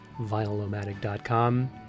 vinylomatic.com